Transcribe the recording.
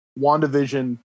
WandaVision